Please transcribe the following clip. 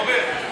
רוברט,